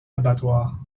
abattoir